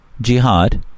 jihad